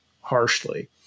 harshly